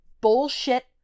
bullshit